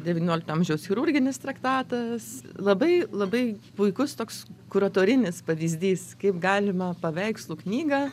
devyniolikto amžiaus chirurginis traktatas labai labai puikus toks kuratorinis pavyzdys kaip galima paveikslų knygą